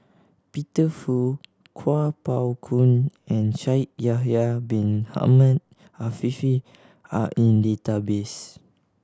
Peter Fu Kuo Pao Kun and Shaikh Yahya Bin Ahmed Afifi are in database